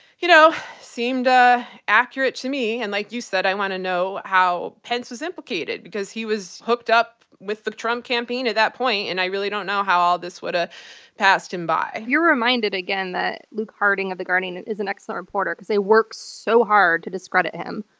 you know, seemed ah accurate to me. and like you said, i want to know how pence was implicated, because he was hooked up with the trump campaign at that point, and i really don't know how all this would have ah passed him by. you are reminded, again, that luke harding of the guardian is an excellent reporter, because they work so hard to discredit him.